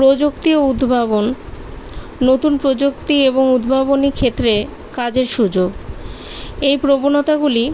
প্রযুক্তি ও উদ্ভাবন নতুন প্রযুক্তি এবং উদ্ভাবনী ক্ষেত্রে কাজের সুযোগ এই প্রবণতাগুলি